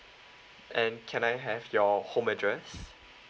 and can I have your home address